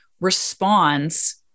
responds